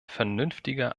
vernünftiger